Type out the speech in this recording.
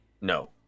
No